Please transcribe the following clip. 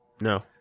No